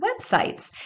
websites